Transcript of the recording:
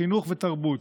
חינוך ותרבות,